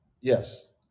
yes